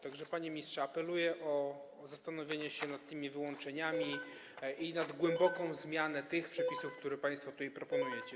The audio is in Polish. Tak że panie ministrze, apeluję o zastanowienie się nad tymi wyłączeniami i nad głęboką zmianą tych przepisów, które państwo tutaj proponujecie.